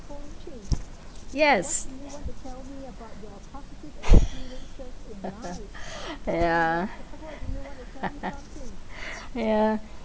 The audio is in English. yes yeah yeah